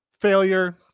failure